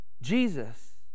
Jesus